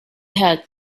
had